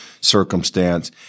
circumstance